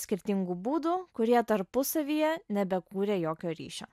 skirtingų būdų kurie tarpusavyje nebekūrė jokio ryšio